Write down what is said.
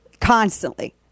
constantly